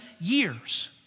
years